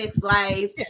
life